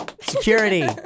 Security